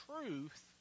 truth